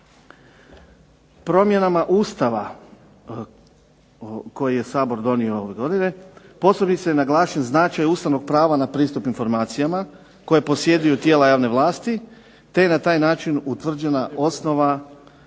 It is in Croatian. Promjenama Ustava koji je Sabor donio ove godine, posebice je naglašen značaj Ustavnog prava na pristup informacijama kojeg posjeduju tijela javne vlasti, te na taj način utvrđena osnova